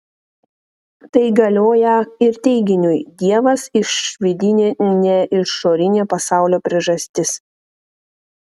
tai galioją ir teiginiui dievas išvidinė ne išorinė pasaulio priežastis